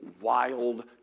wild